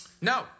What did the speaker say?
No